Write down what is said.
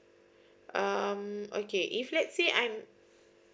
um okay if let's say I'm